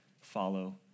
follow